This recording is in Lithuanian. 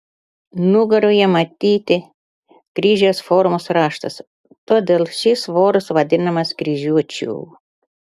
nugaroje matyti kryžiaus formos raštas todėl šis voras vadinamas kryžiuočiu